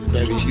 Baby